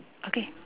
okay